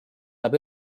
saab